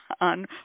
on